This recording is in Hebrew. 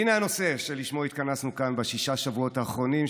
הינה הנושא שלשמו התכנסנו כאן בששת השבועות האחרונים,